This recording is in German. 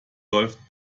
läuft